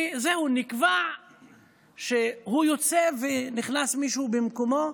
שזהו, נקבע שהוא יוצא ונכנס מישהו במקומו,